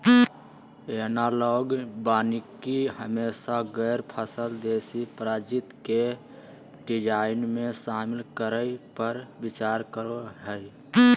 analogue वानिकी हमेशा गैर फसल देशी प्रजाति के डिजाइन में, शामिल करै पर विचार करो हइ